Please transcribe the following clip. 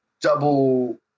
double